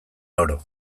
oro